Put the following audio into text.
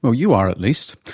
ah you are at least.